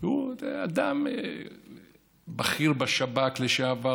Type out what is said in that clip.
והוא אדם בכיר בשב"כ לשעבר,